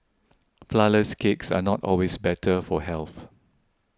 Flourless Cakes are not always better for health